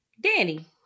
Danny